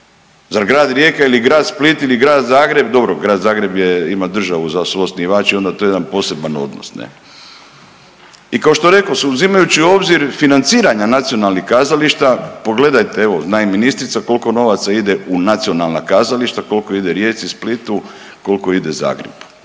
Zar Grad Rijeka ili Grad Split ili Grad Zagreb, dobro Grad Zagreb je, ima državu za suosnivača i onda je to jedan poseban odnos ne. I kao što rekoh uzimajući u obzir financiranja nacionalnih kazališta pogledajte evo zna i ministrica koliko novaca ide u nacionalna kazališta, koliko ide Rijeci, Splitu, koliko ide Zagrebu.